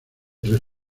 tres